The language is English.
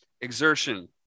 exertion